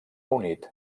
unit